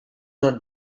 not